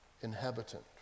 inhabitant